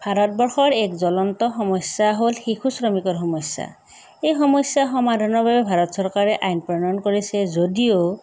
ভাৰতবৰ্ষৰ এক জলন্ত সমস্যা হ'ল শিশু শ্ৰমিকৰ সমস্যা এই সমস্যা সমাধানৰ বাবে ভাৰত চৰকাৰে আইন প্ৰণয়ন কৰিছে যদিও